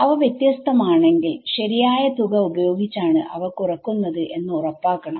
അവ വ്യത്യസ്ത മാണെങ്കിൽ ശരിയായ തുക ഉപയോഗിച്ചാണ് അവ കുറക്കുന്നത് എന്ന് ഉറപ്പാക്കണം